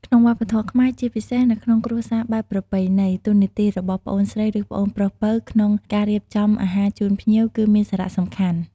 ក្នុងវប្បធម៌ខ្មែរ ជាពិសេសនៅក្នុងគ្រួសារបែបប្រពៃណី តួនាទីរបស់ប្អូនស្រី ឬប្អូនប្រុសពៅ ក្នុងការរៀបចំអាហារជូនភ្ញៀវ គឺមានសារៈសំខាន់។